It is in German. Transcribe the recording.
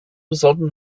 sollten